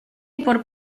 por